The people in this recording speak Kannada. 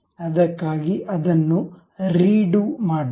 ಅದಕ್ಕಾಗಿ ಅದನ್ನು ರೀಡೂ ಮಾಡೋಣ